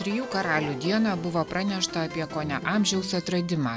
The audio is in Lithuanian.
trijų karalių dieną buvo pranešta apie kone amžiaus atradimą